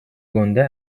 گنده